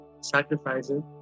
sacrificing